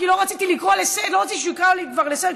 כי לא רציתי שהוא יקרא אותי לסדר,